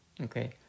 Okay